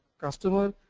customer,